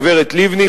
הגברת לבני,